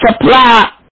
supply